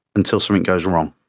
until something goes wrong.